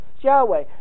Yahweh